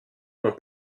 ont